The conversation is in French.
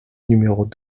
numéros